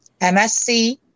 MSC